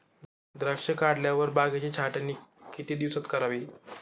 द्राक्षे काढल्यावर बागेची छाटणी किती दिवसात करावी?